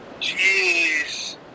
Jeez